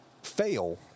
Fail